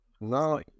No